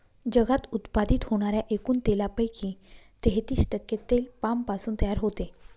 जगात उत्पादित होणाऱ्या एकूण तेलापैकी तेहतीस टक्के तेल पामपासून तयार होते